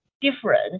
different